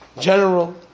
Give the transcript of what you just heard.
General